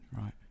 right